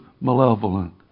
malevolent